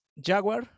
Jaguar